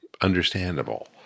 understandable